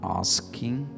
asking